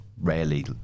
rarely